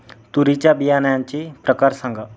तूरीच्या बियाण्याचे प्रकार सांगा